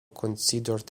considered